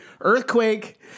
Earthquake